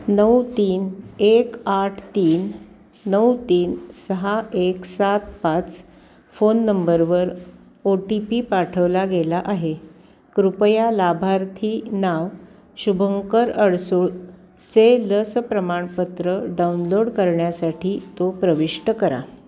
नऊ तीन एक आठ तीन नऊ तीन सहा एक सात पाच फोन नंबरवर ओ टी पी पाठवला गेला आहे कृपया लाभार्थी नाव शुभंकर अडसूळ चे लस प्रमाणपत्र डाउनलोड करण्यासाठी तो प्रविष्ट करा